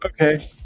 Okay